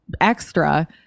extra